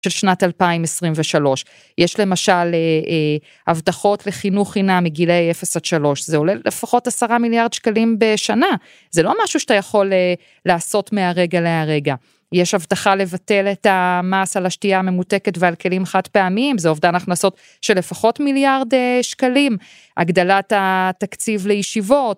של שנת 2023 יש למשל הבטחות לחינוך חינם מגילאי 0 עד 3 זה עולה לפחות עשרה מיליארד שקלים בשנה זה לא משהו שאתה יכול לעשות מהרגע להרגע יש אבטחה לבטל את המס על השתייה הממותקת ועל כלים חד פעמיים זה אובדן הכנסות של לפחות מיליארד שקלים הגדלת התקציב לישיבות